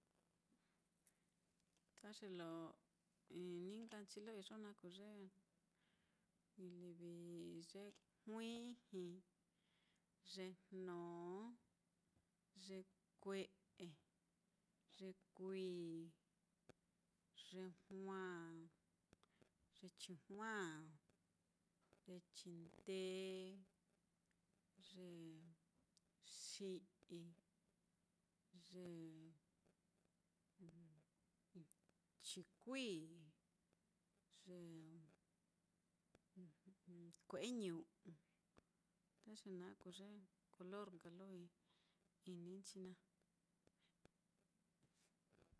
Ta ye lo ini nka nchi lo iyo naá kuu ye livi, ye juiji, ye jnó, ye kue'e, ye kui, ye juaa, ye chijuaa, ye chindee, ye xi'i, ye chikui, ye kue'e ñu'u, ta ye naá kuu ye color nka lo ini nchgi naá.